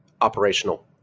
operational